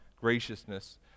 graciousness